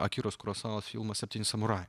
akiros kurosavos filmą septyni samurajai